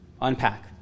unpack